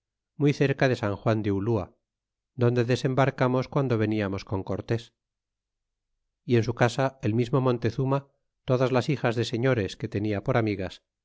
muy cerca de san juan de ulua donde desembarcamos guando veniamos con cortés y en su casa del mismo montezuma todas las hijas de señores que tenia por amigas